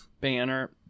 banner